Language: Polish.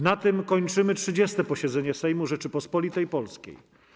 Na tym kończymy 30. posiedzenie Sejmu Rzeczypospolitej Polskiej.